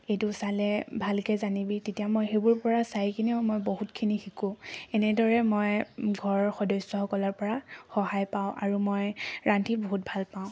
এইটো চালে ভালকৈ জানিবি তেতিয়া মই সেইবোৰৰ পৰা চাই কিনিও মই বহুতখিনি শিকোঁ এনেদৰেই মই ঘৰৰ সদস্যসকলৰ পৰা সহায় পাওঁ আৰু মই ৰান্ধি বহুত ভাল পাওঁ